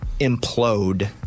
implode